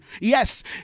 Yes